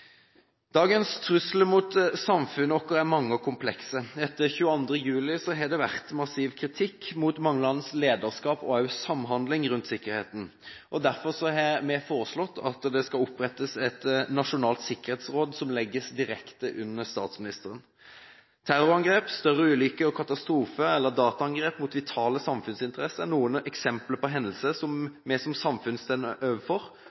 Dagens trusler mot samfunnet er mange og komplekse. Etter 22. juli har det vært massiv kritikk mot manglende lederskap og også samhandling rundt sikkerheten. Derfor har vi foreslått at det skal opprettes et nasjonalt sikkerhetsråd som legges direkte under statsministeren. Terrorangrep, større ulykker og katastrofer eller dataangrep mot vitale samfunnsinteresser, er noen eksempler på hendelser som vi som samfunn står overfor,